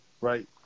Right